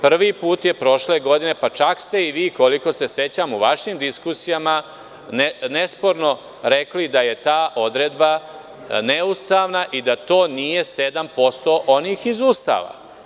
Prvi put je prošle godine pa čak ste i vi, koliko se sećam, u vašim diskusijama nesporno rekli da je ta odredba neustavna i da to nije 7% od onih iz Ustava.